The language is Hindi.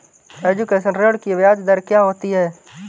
एजुकेशन ऋृण की ब्याज दर क्या होती हैं?